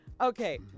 Okay